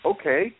okay